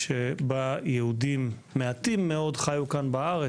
שבהן חיו בארץ יהודים מעטים מאוד ורובם